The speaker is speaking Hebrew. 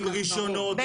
עם רישיונות,